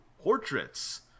portraits